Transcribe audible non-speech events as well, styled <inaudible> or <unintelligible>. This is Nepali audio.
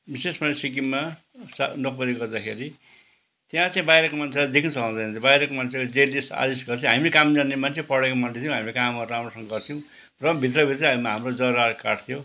विशेषगरी सिक्किममा नोकरी गर्दाखेरि त्यहाँ चाहिँ बाहिरको मान्छेलाई देखी सहँदैन थियो बाहिरको मान्छेलाई <unintelligible> आरिस गर्थ्यो हामी काम जान्ने मान्छे पढेको मान्छे थियौँ हामी कामहरू राम्रोसँग गर्थ्यौँ र पनि भित्र भित्रै हाम्रो जरा काट्थ्यो